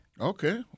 Okay